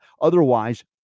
otherwise